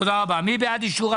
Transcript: בלי ציונות.